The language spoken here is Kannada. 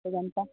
ಇದೆಂತಾ